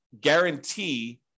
guarantee